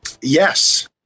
Yes